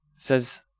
says